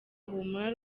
humura